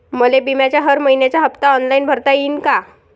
मले बिम्याचा हर मइन्याचा हप्ता ऑनलाईन भरता यीन का?